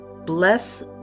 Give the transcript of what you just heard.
Bless